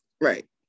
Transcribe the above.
Right